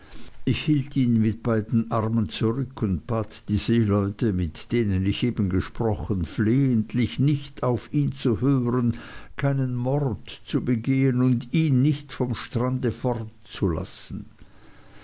hielt ihn mit beiden armen zurück und bat die seeleute mit denen ich eben gesprochen flehentlich nicht auf ihn zu hören keinen mord zu begehen und ihn nicht vom strande